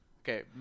Okay